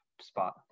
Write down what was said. spot